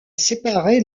séparé